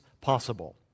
possible